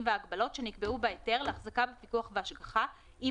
וההגבלות שנקבעו בהיתר להחזקה בפיקוח והשגחה אם